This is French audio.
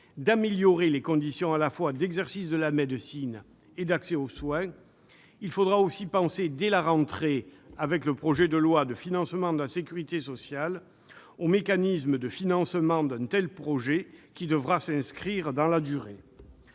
l'amélioration des conditions d'exercice de la médecine et d'accès aux soins, il faudra aussi penser dès la rentrée, avec le projet de loi de financement de la sécurité sociale, aux mécanismes de financement d'un tel projet qui devra s'inscrire dans la durée.